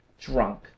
drunk